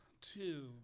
two